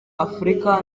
afurika